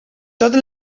tot